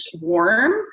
warm